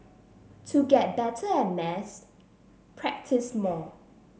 to get better at maths practice more